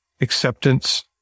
acceptance